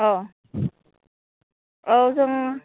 अ औ जों